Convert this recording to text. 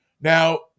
Now